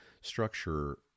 structure